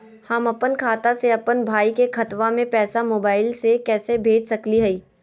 हम अपन खाता से अपन भाई के खतवा में पैसा मोबाईल से कैसे भेज सकली हई?